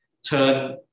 turn